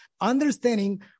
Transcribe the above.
understanding